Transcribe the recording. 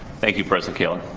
thank you president kaler.